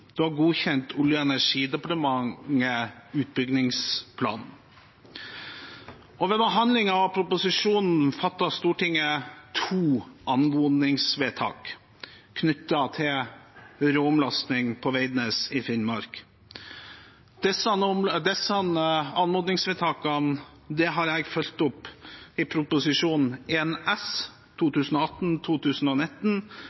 Olje- og energidepartementet utbyggingsplanen. Ved behandlingen av proposisjonen fattet Stortinget to anmodningsvedtak knyttet til råoljeomlasting på Veidnes i Finnmark. Disse anmodningsvedtakene har jeg fulgt opp i Prop. 1 S